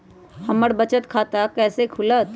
हमर बचत खाता कैसे खुलत?